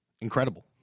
incredible